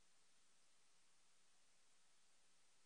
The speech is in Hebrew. אני מתכבד לפתוח את ישיבת הוועדה המיוחדת לפניות הציבור.